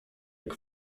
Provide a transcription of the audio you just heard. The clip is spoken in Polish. jak